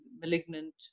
malignant